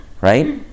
Right